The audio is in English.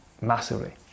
massively